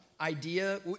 idea